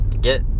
get